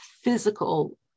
physical